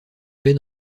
paix